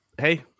hey